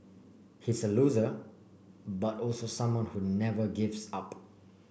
he's a loser but also someone who never gives up